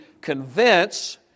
convince